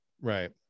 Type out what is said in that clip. Right